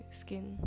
skin